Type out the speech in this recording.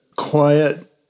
quiet